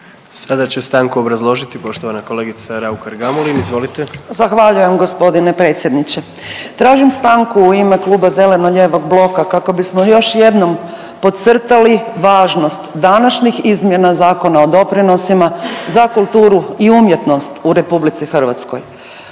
Sada će stanku obrazložiti poštovana kolegica Raukar Gamulin. Izvolite,. **Raukar-Gamulin, Urša (Možemo!)** Zahvaljujem gospodine predsjedniče. Tražim stanku u ime Kluba zeleno lijevog bloka kako bismo još jednom podcrtali važnost današnjih izmjena Zakona o doprinosima za kulturu i umjetnost u Republici Hrvatskoj.